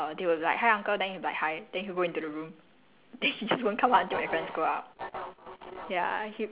oh he very shy [one] like when my friends come over right he will just like err they'll be like hi uncle then he'll be like hi then he'll go into the room